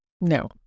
No